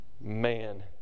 Man